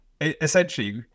essentially